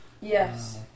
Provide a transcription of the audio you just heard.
Yes